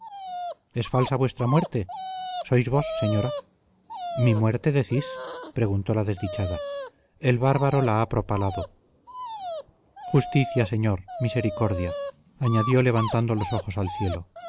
es falsa vuestra muerte sois vos señora mi muerte decís preguntó la desdichada el bárbaro la ha propalado justicia señor misericordia añadió levantando los ojos al cielo